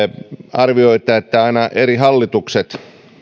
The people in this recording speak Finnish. arvioita että aina eri hallitukset